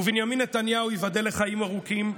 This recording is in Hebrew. ובנימין נתניהו, ייבדל לחיים ארוכים,